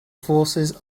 forces